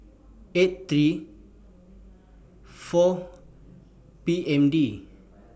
eight three four P M D